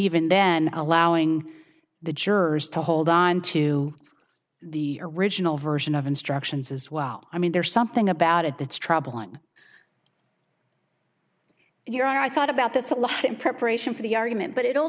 even then allowing the jurors to hold on to the original version of instructions as well i mean there's something about it that's troubling your i thought about this a lot in preparation for the argument but it